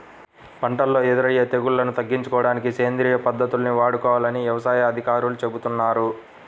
పంటల్లో ఎదురయ్యే తెగుల్లను తగ్గించుకోడానికి సేంద్రియ పద్దతుల్ని వాడుకోవాలని యవసాయ అధికారులు చెబుతున్నారు